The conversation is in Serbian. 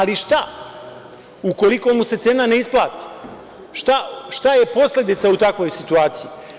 Ali, šta u koliko mu se cena ne isplati, šta je posledica u takvoj situaciji?